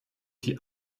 die